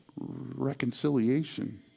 reconciliation